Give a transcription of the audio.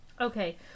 Okay